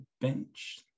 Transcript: bench